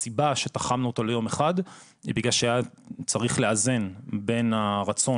הסיבה שתחמנו אותו ליום אחד היא בגלל שהיה צריך לאזן בין הרצון